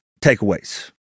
takeaways